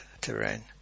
terrain